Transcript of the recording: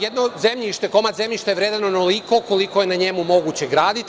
Jedno zemljište, komad zemljišta je vredan onoliko koliko je na njemu moguće graditi.